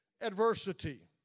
adversity